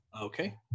Okay